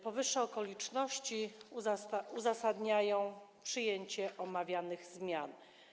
Powyższe okoliczności uzasadniają przyjęcie omawianych zmian.